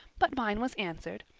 but mine was answered,